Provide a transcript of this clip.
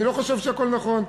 אני לא חושב שהכול נכון.